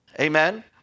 Amen